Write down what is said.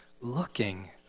looking